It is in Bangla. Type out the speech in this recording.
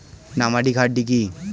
নমাডিক হার্ডি কি?